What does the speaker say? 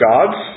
God's